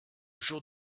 jour